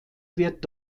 wird